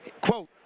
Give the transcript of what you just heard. quote